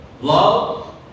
love